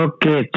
Okay